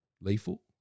lethal